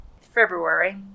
February